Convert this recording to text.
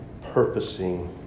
purposing